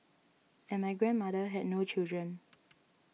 and my grandmother had no children